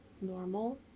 normal